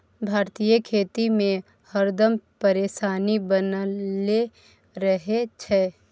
भारतीय खेती में हरदम परेशानी बनले रहे छै